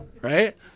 right